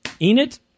Enid